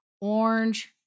orange